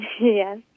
Yes